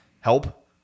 help